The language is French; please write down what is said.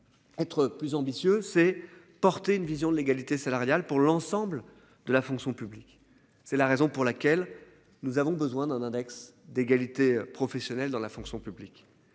Entre plus ambitieux, c'est porter une vision de l'égalité salariale pour l'ensemble de la fonction publique. C'est la raison pour laquelle nous avons besoin d'un index d'égalité professionnelle dans la fonction publique,